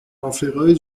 آفریقای